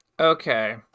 Okay